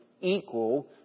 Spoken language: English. equal